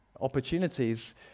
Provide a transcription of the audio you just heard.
opportunities